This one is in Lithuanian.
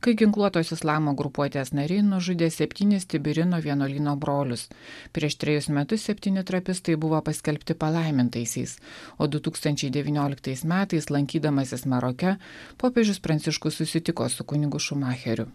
kai ginkluotos islamo grupuotės nariai nužudė septynis tibirino vienuolyno brolius prieš trejus metus septyni trapistai buvo paskelbti palaimintaisiais o du tūkstančiai devynioliktais metais lankydamasis maroke popiežius pranciškus susitiko su kunigu šumacheriu